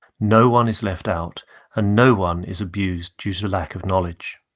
no one is left out and no one is abused due to lack of knowledge.